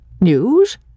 News